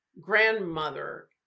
grandmother